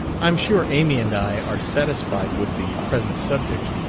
i'm sure amy and i are satisfied with the present subject,